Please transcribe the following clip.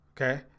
okay